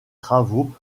travaux